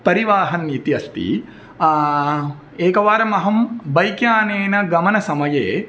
परिवाहन् इति अस्ति एकवारम् अहं बैक् यानेन गमनसमये